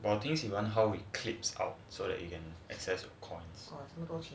but I think 洗完 how it clips out so that you can access coins